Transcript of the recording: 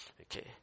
Okay